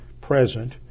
present